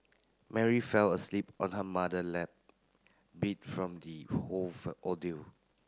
Mary fell asleep on her mother lap beat from the whole ordeal